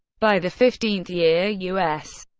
by the fifteenth year, u s.